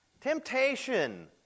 Temptation